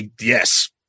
Yes